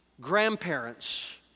grandparents